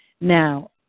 Now